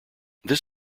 this